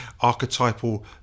archetypal